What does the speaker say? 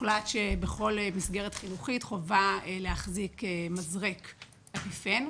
הוחלט שבכל מסגרת חינוכית חובה להחזיק מזרק אפיפן.